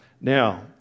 Now